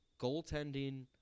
goaltending